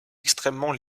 extrêmement